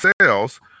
sales